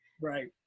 Right